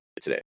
today